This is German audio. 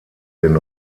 den